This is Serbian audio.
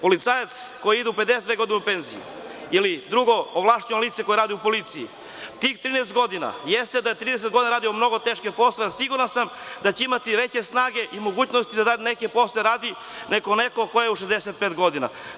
Policajac koji ide u 52 godine u penziju ili drugo ovlašćeno lice koje radi u policiji, tih 13 godina, jeste da je 30 godina radio mnogo teške poslove, siguran sam da će imati veće snage i mogućnosti da neke poslove radi nego neko ko je u 65 godina.